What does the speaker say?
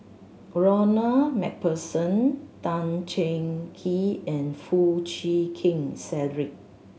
Ronald Macpherson Tan Cheng Kee and Foo Chee Keng Cedric